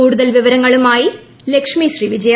കൂടുതൽ വിവരങ്ങളുമായി ലക്ഷ്മി ശ്രീ വിജയ